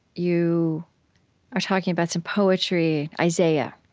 you are talking about some poetry, isaiah